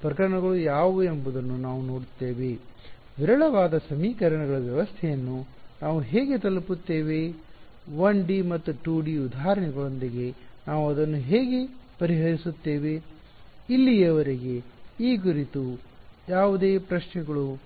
ಪ್ರಕರಣಗಳು ಯಾವುವು ಎಂಬುದನ್ನು ನಾವು ನೋಡುತ್ತೇವೆ ವಿರಳವಾದ ಸಮೀಕರಣಗಳ ವ್ಯವಸ್ಥೆಯನ್ನು ನಾವು ಹೇಗೆ ತಲುಪುತ್ತೇವೆ 1ಡಿ ಮತ್ತು 2ಡಿ ಉದಾಹರಣೆಗಳೊಂದಿಗೆ ನಾವು ಅದನ್ನು ಹೇಗೆ ಪರಿಹರಿಸುತ್ತೇವೆ ಇಲ್ಲಿಯವರೆಗೆ ಈ ಕುರಿತು ಯಾವುದೇ ಪ್ರಶ್ನೆಗಳು ಇವೆಯೇ